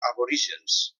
aborígens